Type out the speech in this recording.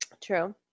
True